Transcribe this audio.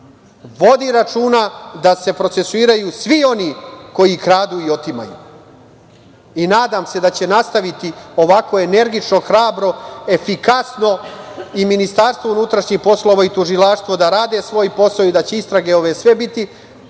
vodi računa da se procesuiraju svi oni koji kradu i otimaju i nadam se da će nastaviti ovako energično, hrabro, efikasno i Ministarstvo unutrašnjih poslova i Tužilaštvo da rade svoj posao i da će ove istrage sve biti